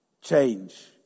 change